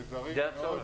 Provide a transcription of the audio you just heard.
נעזרים מאוד.